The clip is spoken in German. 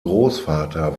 großvater